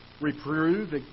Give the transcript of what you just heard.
reprove